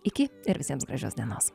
iki ir visiems gražias dienas